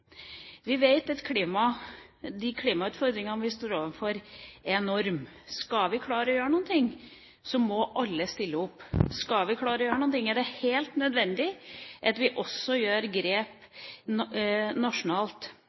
Vi vet at de klimautfordringene vi står overfor, er enorme. Skal vi klare å gjøre noe, må alle stille opp. Skal vi klare å gjøre noe, er det helt nødvendig at vi også gjør grep nasjonalt.